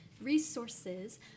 resources